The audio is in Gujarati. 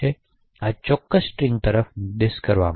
આ ચોક્કસ સ્ટ્રિંગ તરફ નિર્દેશ કરવા માટે